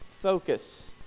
focus